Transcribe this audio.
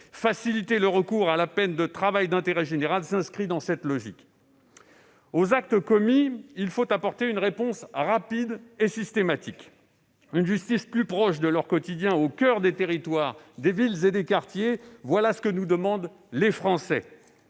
faciliter le recours à la peine de travail d'intérêt général s'inscrit dans cette logique. Aux actes commis, il faut apporter une réponse rapide et systématique. Une justice plus proche de leur quotidien au coeur des territoires, des villes et des quartiers : voilà ce que nous demandent les Français.